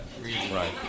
Right